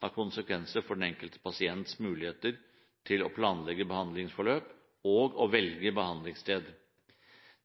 har konsekvenser for den enkelte pasients muligheter til å planlegge behandlingsforløp og å velge behandlingssted.